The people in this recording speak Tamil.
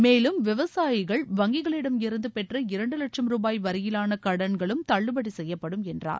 மேலும் விவசாயிகள் வங்கிகளிடமிருந்து பெற்ற இரண்டு வட்சம் ரூபாய் வரையிவான கடன்களும் தள்ளுபடி செய்யப்படும் என்றார்